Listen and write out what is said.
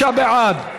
95 בעד,